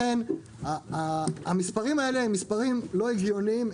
לכן המספרים האלה הם מספרים לא הגיוניים,